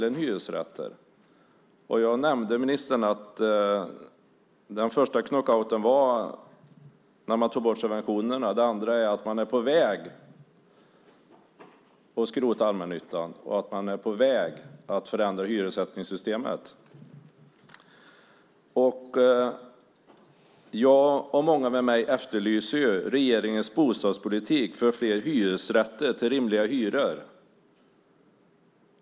Jag nämnde för ministern att den första knockouten var när man tog bort subventionerna. Den andra är att man är på väg att skrota allmännyttan och är på väg att förändra hyressättningssystemet. Jag och många med mig efterlyser regeringens bostadspolitik för fler hyresrätter till rimliga hyror.